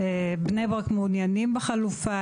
בני ברק מעוניינים בחלופה,